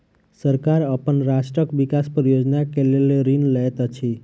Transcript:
सरकार अपन राष्ट्रक विकास परियोजना के लेल ऋण लैत अछि